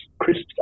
crisps